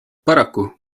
paraku